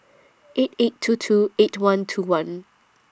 eight eight two two eight one two one